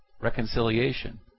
reconciliation